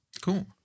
Cool